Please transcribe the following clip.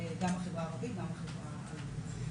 גם בחברה הערבית וגם בחברה היהודית.